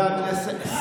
תודה רבה.